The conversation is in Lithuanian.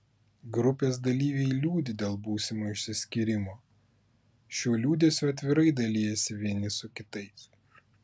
grupės dalyviai liūdi dėl būsimo išsiskyrimo šiuo liūdesiu atvirai dalijasi vieni su kitais